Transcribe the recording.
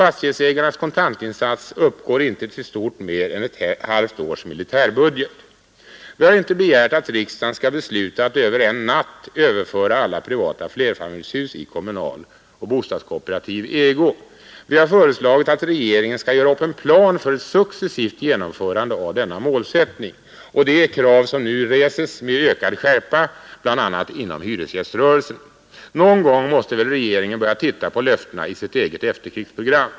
Fastighetsägarnas kontantinsats uppgår inte till stort mer än ett halvt års militärbudget. Vi har inte begärt att riksdagen skall besluta att över en natt överföra alla privata flerfamiljshus i kommunal och bostadsko operativ ägo. Vi har föreslagit att regeringen skall göra upp en plan för ett successivt genomförande av denna målsättning. Det är ett krav som nu reses med ökad skärpa, bl.a. inom hyresgäströrelsen. Någon gång måste väl regeringen börja titta på löftena i sitt eget efterkrigsprogram.